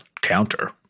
counter